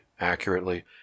accurately